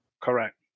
Correct